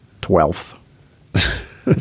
twelfth